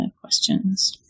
questions